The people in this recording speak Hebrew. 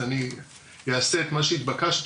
אז אני אעשה לכל מה שהתבקשתי,